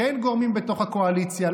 כן גורמים בתוך הקואליציה,